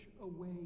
away